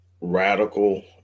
radical